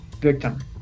victim